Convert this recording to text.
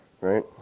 Right